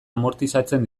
amortizatzen